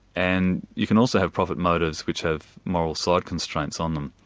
and you can also have profit motives which have moral side constraints on them.